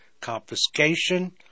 confiscation